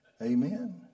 Amen